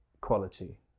quality